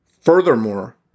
Furthermore